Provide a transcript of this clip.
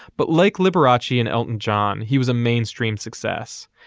but like liberace and elton john, he was a mainstream success.